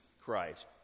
Christ